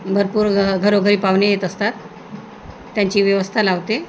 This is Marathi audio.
भरपूर घरोघरी पाहुणे येत असतात त्यांची व्यवस्था लावते